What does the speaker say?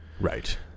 Right